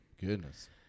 Goodness